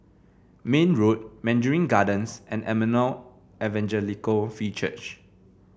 Mayne Road Mandarin Gardens and Emmanuel Evangelical Free Church